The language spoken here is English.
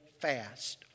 fast